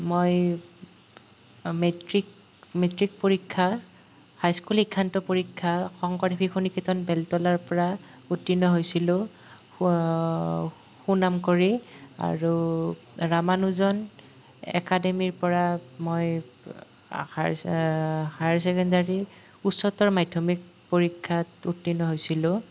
মই matric matric পৰীক্ষা high school শিক্ষান্ত পৰীক্ষা শংকৰদেৱ শিশু নিকেতন বেলতলাৰ পৰা উত্তীৰ্ণ হৈছিলোঁ সুনাম কৰি আৰু ৰামানুজন একাডেমীৰ পৰা মই হায়াৰ চেকেণ্ডাৰী উচ্চতৰ মাধ্যমিক পৰীক্ষাত উত্তীৰ্ণ হৈছিলোঁ